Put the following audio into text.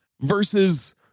versus